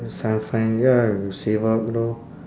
some find ya save up you know